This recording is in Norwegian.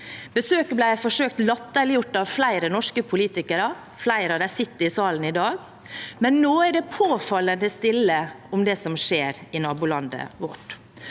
Besøket ble forsøkt latterliggjort av flere norske politikere, flere av dem sitter i salen i dag, men nå er det påfallende stille om det som skjer i nabolandet vårt.